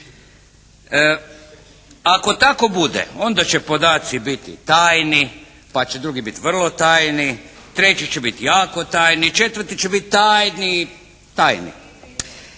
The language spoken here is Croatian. Ako tako bude onda će podaci biti tajni, pa će drugi biti vrlo tajni, treći će biti jako tajni, četvrti će biti tajni tajni.